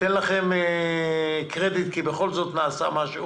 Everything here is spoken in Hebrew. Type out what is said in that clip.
ניתן לכם קרדיט כי בכל זאת נעשה משהו